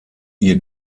ihr